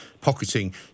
pocketing